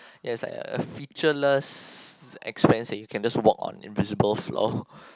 ya is like a featureless express that you can just walk on invisible floor